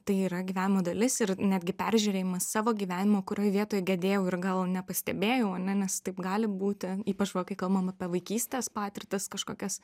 tai yra gyvenimo dalis ir netgi peržiūrėjimas savo gyvenimo kurioj vietoj gedėjau ir gal nepastebėjau nes taip gali būti ypač va kai kalbam apie vaikystės patirtis kažkokias